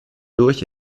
durch